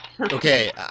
Okay